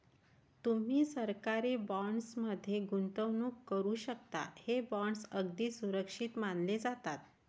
तुम्ही सरकारी बॉण्ड्स मध्ये गुंतवणूक करू शकता, हे बॉण्ड्स अगदी सुरक्षित मानले जातात